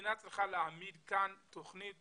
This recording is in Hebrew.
המדינה צריכה להעמיד כאן תוכנית